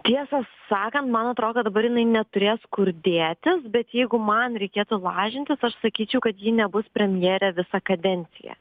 tiesą sakant man atrodo dabar jinai neturės kur dėtis bet jeigu man reikėtų lažintis aš sakyčiau kad ji nebus premjerė visą kadenciją